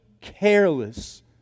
careless